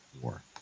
war